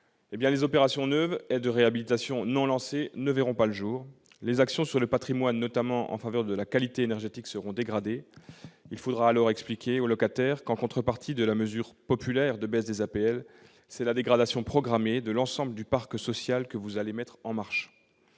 Les opérations neuves et de réhabilitation non lancées ne verront pas le jour et les actions sur le patrimoine, notamment en faveur de la qualité énergétique, seront dégradées. Il faudra alors expliquer aux locataires que, en contrepartie de la mesure populaire de baisse des APL, c'est la dégradation programmée de l'ensemble du parc social que vous allez mettre en marche